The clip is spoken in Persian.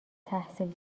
تحصیل